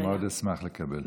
אני מאוד אשמח לקבל.